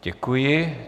Děkuji.